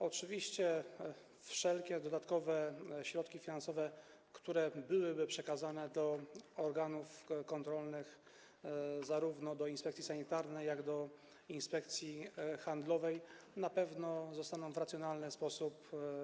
Oczywiście wszelkie dodatkowe środki finansowe, które byłyby przekazane do organów kontrolnych, zarówno do inspekcji sanitarnej, jak i do Inspekcji Handlowej, na pewno zostaną wykorzystane w racjonalny sposób.